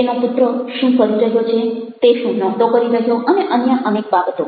તેનો પુત્ર શું કરી રહ્યો છે તે શું નહોતો કરી રહ્યો અને અન્ય અનેક બાબતો